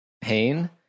Pain